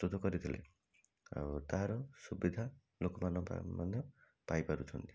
ପ୍ରସ୍ତୁତ କରିଥିଲେ ଆଉ ତାହାର ସୁବିଧା ଲୋକମାନଙ୍କ ପାଇ ପାରୁଛନ୍ତି